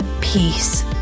peace